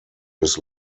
his